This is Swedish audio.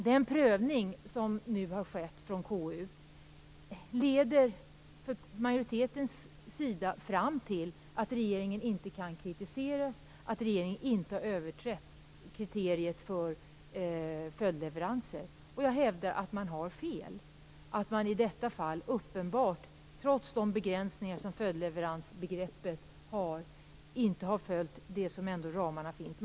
Den prövning som nu har skett från KU leder för majoriteten fram till att regeringen inte kan kritiseras och att regeringen inte har överträtt kriteriet för följdleveranser. Jag hävdar att det är fel och att regeringen i detta fall uppenbart, trots de begränsningar som följdleveransbegreppet har, inte har följt det som ramarna ändå gäller.